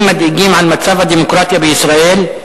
נתונים מדאיגים על מצב הדמוקרטיה בישראל,